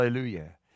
Hallelujah